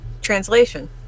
translation